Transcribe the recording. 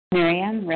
Miriam